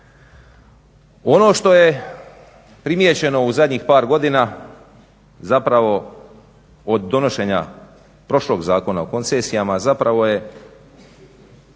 Ono što je primijećeno u zadnjih par godina zapravo od donošenja prošlog Zakona o koncesijama zapravo je